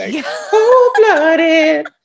Cold-blooded